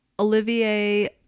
Olivier